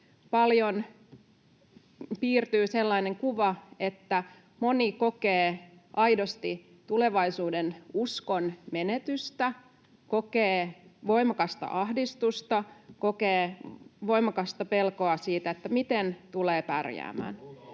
Paljon piirtyy sellaista kuvaa, että moni kokee aidosti tulevaisuudenuskon menetystä, kokee voimakasta ahdistusta, kokee voimakasta pelkoa siitä, miten tulee pärjäämään.